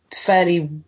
fairly